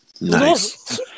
Nice